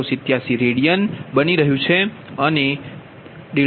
0687 radian બની રહ્યું છે જે 3